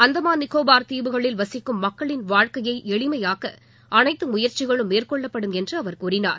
அந்தமான் நிக்கோபார்த் தீவுகளில் வசிக்கும் மக்களின் வாழ்க்கையை எளிமையாக்க அனைத்து முயற்சிகளும் மேற்கொள்ளப்படும் என்று அவர் கூறினார்